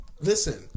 Listen